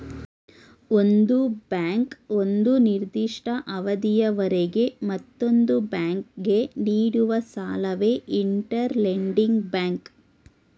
ಒಂದು ಬ್ಯಾಂಕು ಒಂದು ನಿರ್ದಿಷ್ಟ ಅವಧಿಯವರೆಗೆ ಮತ್ತೊಂದು ಬ್ಯಾಂಕಿಗೆ ನೀಡುವ ಸಾಲವೇ ಇಂಟರ್ ಲೆಂಡಿಂಗ್ ಬ್ಯಾಂಕ್